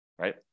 right